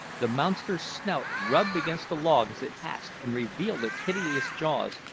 the monster's snout rubbed against the log as it passed, and revealed its hideous jaws,